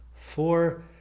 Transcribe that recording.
four